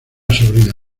sobrino